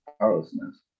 powerlessness